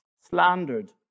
slandered